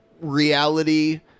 reality